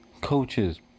coaches